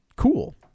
Cool